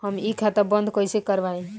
हम इ खाता बंद कइसे करवाई?